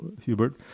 Hubert